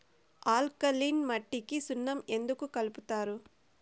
alkaline మట్టికి సున్నం ఎందుకు కలుపుతారు